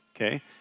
okay